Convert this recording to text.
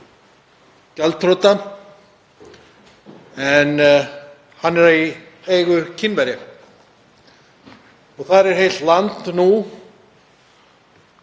en hann er í eigu Kínverja. Þar er heilt land nú